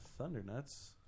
Thundernuts